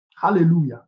Hallelujah